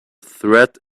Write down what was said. thread